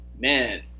man